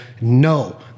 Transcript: No